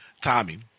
Tommy